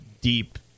deep